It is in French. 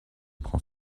prend